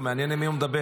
מעניין עם מי הוא מדבר.